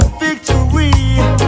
victory